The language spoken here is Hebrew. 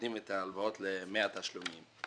נותנים את ההלוואות ב-100 תשלומים.